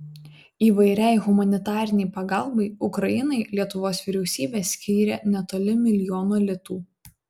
įvairiai humanitarinei pagalbai ukrainai lietuvos vyriausybė skyrė netoli milijono litų